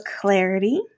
clarity